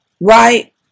right